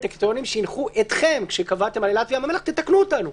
הקריטריונים שהנחו אתכם כשקבעתם על אילת וים המלח תקנו אותנו.